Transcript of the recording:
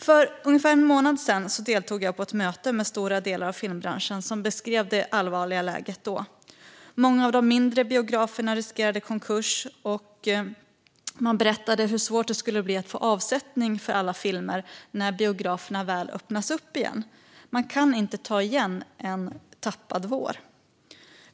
För ungefär en månad sedan deltog jag i ett möte med stora delar av filmbranschen, som beskrev det allvarliga läget då. Många av de mindre biograferna riskerade konkurs. Man berättade hur svårt det skulle bli att få avsättning för alla filmer när biograferna väl öppnas upp igen. Man kan inte ta igen en tappad vår.